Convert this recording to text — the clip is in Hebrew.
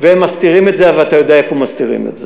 הם מסתירים את זה, ואתה יודע איפה מסתירים את זה.